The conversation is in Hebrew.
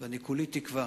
כולי תקווה